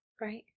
right